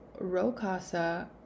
rocasa